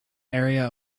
area